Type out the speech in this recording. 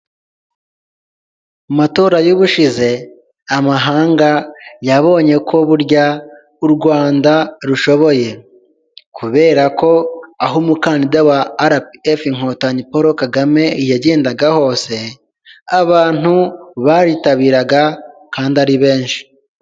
Mu matora y'ubushize amahanga yabonye ko burya u Rwanda rushoboye, kubera ko aho umukandida wa RPF inkotanyi Paul Kagame yagendaga hose, abantu baritabiraga kandi ari benshi.